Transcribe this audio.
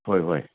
ꯍꯣꯏ ꯍꯣꯏ